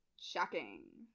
Shocking